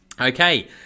Okay